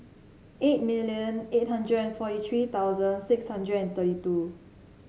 eight million eight hundred and forty three thousand six hundred and thirty two